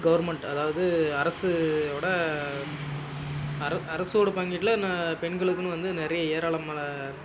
government அதாவது அரசுவோட அரசோட பங்கீட்டீல் பெண்களுக்குன்னு வந்து நிறைய ஏராளமான